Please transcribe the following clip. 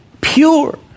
pure